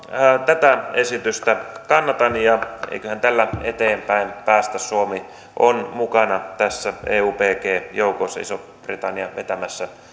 tätä esitystä kannatan ja eiköhän tällä eteenpäin päästä suomi on mukana eubg joukoissa ison britannian vetämissä